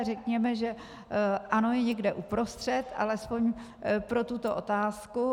Řekněme, že ANO je někde uprostřed, alespoň pro tuto otázku.